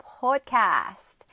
podcast